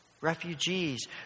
Refugees